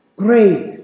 great